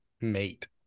mate